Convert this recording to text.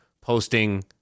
posting